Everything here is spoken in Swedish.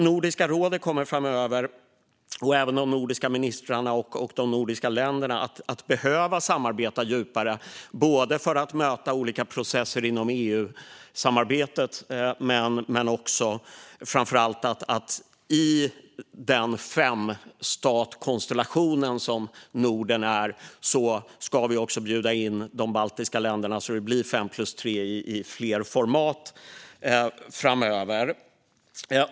Nordiska rådet, och även de nordiska ministrarna och de nordiska länderna, kommer framöver att behöva samarbeta djupare, både för att möta olika processer inom EU-samarbetet och för att vi i den femstatskonstellation som Norden är ska bjuda in de baltiska länderna så att det blir fem plus tre i fler format framöver.